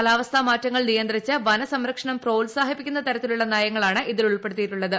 കാലാവസ്ഥാ മാറ്റങ്ങൾ നിയന്ത്രിച്ച് വന സംരംക്ഷണം പ്രോത്സാഹിപ്പിക്കുന്ന തരത്തിലുള്ള നയങ്ങളാണ് ഇതിലുൾപ്പെടുത്തിയിട്ടുള്ളത്